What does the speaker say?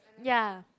ya